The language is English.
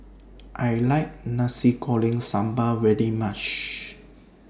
I like Nasi Goreng Sambal very much